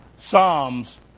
Psalms